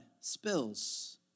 spills